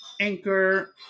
Anchor